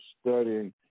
studying